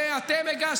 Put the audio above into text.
אתם מקריסים את אילת,